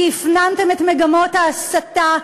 כי הפנמתם את מגמות ההסתה,